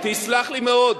תסלח לי מאוד,